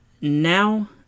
now